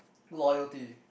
loyalty